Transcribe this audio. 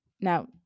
Now